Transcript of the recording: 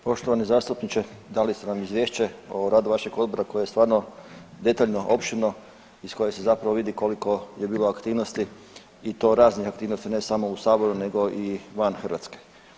Poštovani zastupniče dali ste nam izvješće o radu vašeg odbora koje je stvarno detaljno, opširno, iz kojeg se zapravo vidi koliko je bilo aktivnosti i to raznih aktivnosti ne samo u Saboru nego i van Hrvatske.